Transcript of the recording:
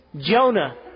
Jonah